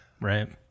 right